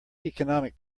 economic